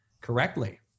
correctly